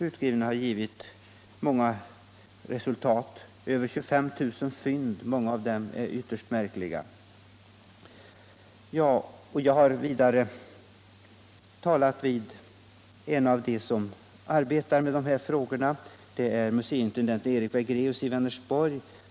Utgrävningen har givit fantastiska resultat: Över 25 000 fynd, många av dem ytterst märkliga.” Jag har också talat med museiintendenten Erik Wegraeus i Vänersborg.